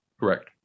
Correct